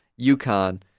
UConn